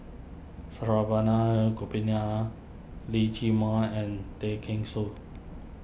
Saravanan Gopinathan Lee Chiaw Meng and Tay Kheng Soon